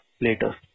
later